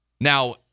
Now